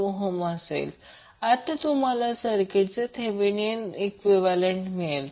64 आत्ता तुम्हाला सर्किटचे थेवेनीण इक्विवैलेन्ट मिळाले